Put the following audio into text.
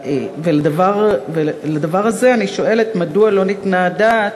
ולגבי הדבר הזה אני שואלת, מדוע לא ניתנה הדעת,